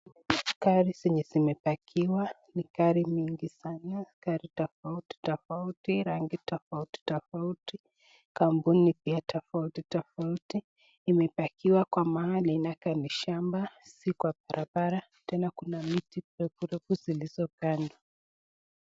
Gari zenye zimepakiwa ni gari mingi sana gari tofauti fofauti, rangi tofauti tofauti, kampuni pia tofauti tofauti, imepakiwa mahali inakaa ni shamba sio kwa barabara pia Kuna miti refu refu ziko ndani